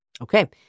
Okay